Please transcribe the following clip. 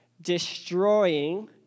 destroying